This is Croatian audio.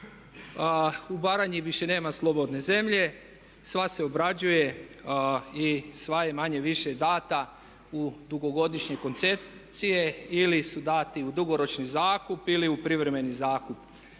U Baranji više nema slobodne zemlje. Sva se obrađuje i sva je manje-više data u dugogodišnje koncepcije ili su dati u dugoročni zakup ili u privremeni zakup.